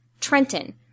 Trenton